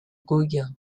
gauguin